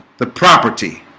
the property